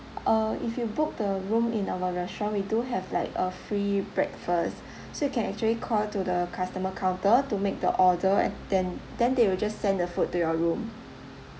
uh if you book the room in our restaurant we do have like a free breakfast so you can actually call to the customer counter to make the order and then then they will just send the food to your room